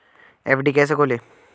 FD कैसे खोलें?